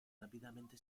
rápidamente